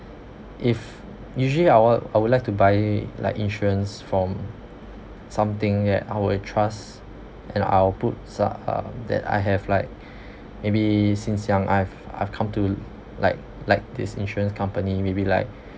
if usually I would I would like to buy like insurance from something that I would trust then i'll put some uh that I have like maybe since young i've i've come to like like this insurance company maybe like